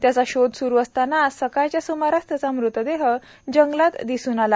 त्याचा शोध सुरू असताना आज सकाळच्या सुमारास त्याचा मृतदेह जंगलात दिसून आला